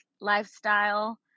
lifestyle